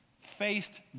faced